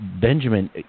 Benjamin